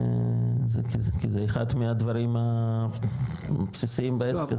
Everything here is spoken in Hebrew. כי זה אחד מהדברים הבסיסיים בעסק הזה.